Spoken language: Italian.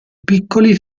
piccoli